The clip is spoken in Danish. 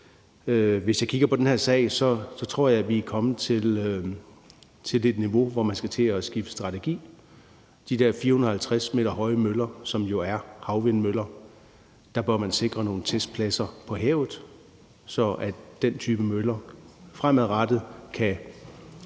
vi i den her sag er kommet til et niveau, hvor man skal til at skifte strategi. For de der 450 m høje møller, som jo er havvindmøller, bør man sikre nogle testpladser til på havet, så den type møller fremadrettet kan